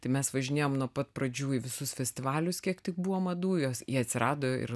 tai mes važinėjom nuo pat pradžių į visus festivalius kiek tik buvo madų jos ji atsirado ir